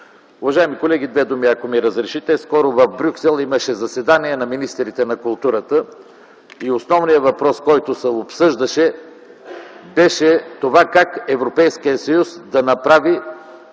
Уважаеми колеги, две думи, ако ми разрешите. Скоро в Брюксел имаше заседание на министрите на културата и основният въпрос, който се обсъждаше, беше как Европейският съюз да направи